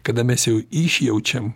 kada mes jau įsijaučiam